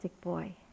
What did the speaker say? boy